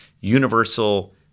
universal